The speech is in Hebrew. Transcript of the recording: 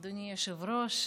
אדוני היושב-ראש,